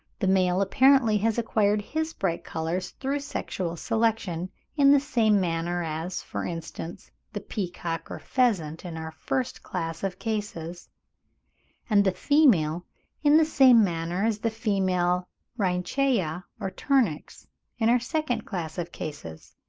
the male apparently has acquired his bright colours through sexual selection in the same manner as, for instance, the peacock or pheasant in our first class of cases and the female in the same manner as the female rhynchaea or turnix in our second class of cases.